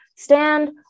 Stand